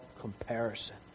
comparison